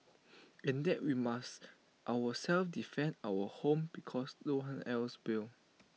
and that we must ourselves defend our own home because no one else will